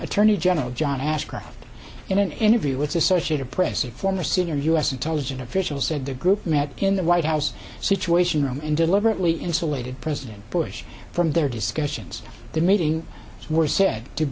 attorney general john ashcroft in an interview with the associated press a former senior u s intelligence official said the group met in the white house situation room and deliberately insulated president bush from their discussions the meeting were said to